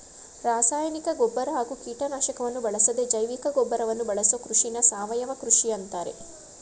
ರಾಸಾಯನಿಕ ಗೊಬ್ಬರ ಹಾಗೂ ಕೀಟನಾಶಕವನ್ನು ಬಳಸದೇ ಜೈವಿಕಗೊಬ್ಬರವನ್ನು ಬಳಸೋ ಕೃಷಿನ ಸಾವಯವ ಕೃಷಿ ಅಂತಾರೆ